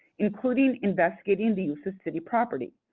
including investigating the use of city property.